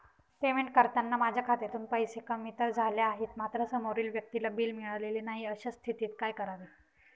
Payment करताना माझ्या खात्यातून पैसे कमी तर झाले आहेत मात्र समोरील व्यक्तीला बिल मिळालेले नाही, अशा स्थितीत काय करावे?